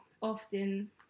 often